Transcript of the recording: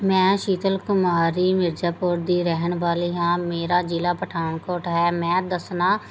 ਮੈਂ ਸ਼ੀਤਲ ਕੁਮਾਰੀ ਮਿਰਜ਼ਾਪੁਰ ਦੀ ਰਹਿਣ ਵਾਲੀ ਹਾਂ ਮੇਰਾ ਜ਼ਿਲ੍ਹਾ ਪਠਾਨਕੋਟ ਹੈ ਮੈਂ ਦੱਸਣਾ